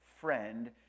friend